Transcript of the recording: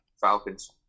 Falcons